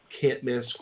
can't-miss